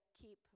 keep